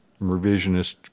revisionist